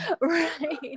Right